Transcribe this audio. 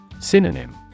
Synonym